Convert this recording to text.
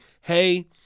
hey